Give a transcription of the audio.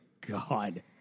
God